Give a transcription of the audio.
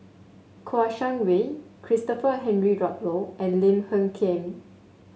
Kouo Shang Wei Christopher Henry Rothwell and Lim Hng Kiang